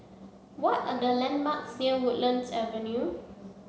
what are the landmarks near Woodlands Avenue